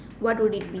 what would it be